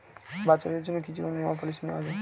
বাচ্চাদের জন্য কি জীবন বীমা পলিসি নেওয়া যায়?